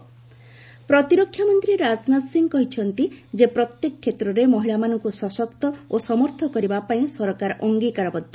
Rajnath women day ପ୍ରତିରକ୍ଷାମନ୍ତ୍ରୀ ରାଜନାଥ ସିଂ କହିଚ୍ଚନ୍ତି ଯେ ପ୍ରତ୍ୟେକ କ୍ଷେତ୍ରରେ ମହିଳାମାନଙ୍କୁ ସଶକ୍ତ ଓ ସମର୍ଥ କରିବା ପାଇଁ ସରକାର ଅଙ୍ଗୀକାରବଦ୍ଧ